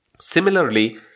Similarly